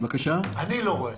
אני לא רואה.